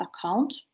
account